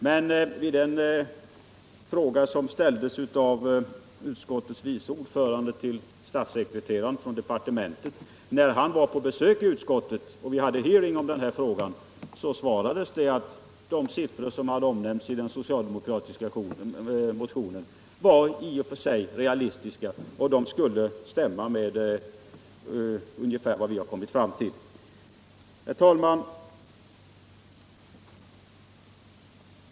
Men på den fråga som ställdes av utskottets vice ordförande till statssekreteraren i departementet, när han var på besök hos utskottet vid den hearing som hölls om denna fråga, svarades att de siffror som omnämnts i den socialdemokratiska motionen i och för sig var realistiska. De skulle ungefär stämma med vad vi kommit fram till.